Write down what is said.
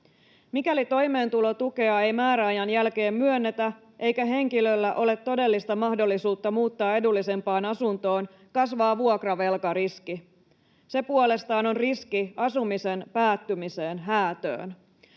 Mikäli toimeentulotukea ei määräajan jälkeen myönnetä eikä henkilöllä ole todellista mahdollisuutta muuttaa edullisempaan asuntoon, kasvaa vuokravelkariski. Se puolestaan on riski asumisen päättymiseen häätöön.”